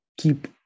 keep